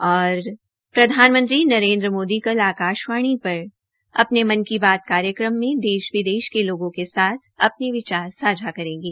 प्रधानमंत्री नरेन्द्र मोदी कल आकाशवाणी पर अपने मन की बात कार्यक्रम में देश विदेश के लोगों के साथ अपने विचार सांझा करेंगे